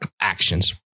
actions